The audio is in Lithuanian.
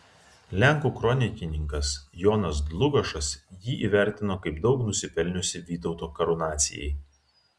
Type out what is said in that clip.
lenkų kronikininkas jonas dlugošas jį įvertino kaip daug nusipelniusį vytauto karūnacijai